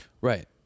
right